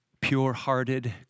pure-hearted